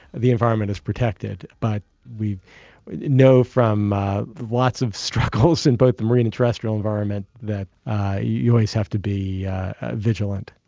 the environment is protected. but we know from lots of struggles in both the marine and terrestrial environment that you always have to be vigilant.